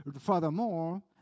Furthermore